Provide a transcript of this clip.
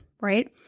right